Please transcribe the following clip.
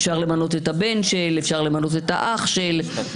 אפשר למנות את הבן של, אפשר למנות את האח של.